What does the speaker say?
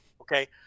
Okay